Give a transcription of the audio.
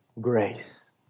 grace